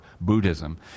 Buddhism